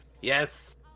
yes